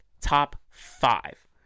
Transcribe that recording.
Top-five